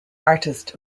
artist